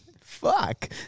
Fuck